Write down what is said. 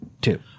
two